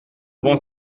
bon